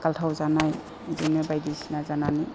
गालथाव जानाय बिदिनो बायदिसिना जानानै